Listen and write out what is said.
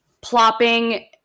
plopping